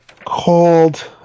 Called